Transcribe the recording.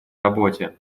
работе